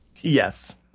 Yes